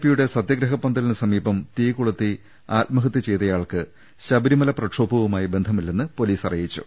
പിയുടെ സത്യഗ്രഹ പന്തലിന് സമീപം തീകൊ ളുത്തി ആത്മഹത്യ ചെയ്തയാൾക്ക് ശബരിമല പ്രക്ഷോഭവുമായി ബന്ധമി ല്ലെന്ന് പൊലീസ് അറിയിച്ചു